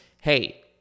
Hey